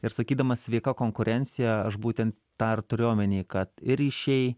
ir sakydamas sveika konkurencija aš būtent tą ir turiu omeny kad ir ryšiai